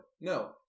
No